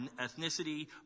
ethnicity